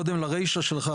קודם לרישה שלך,